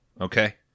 okay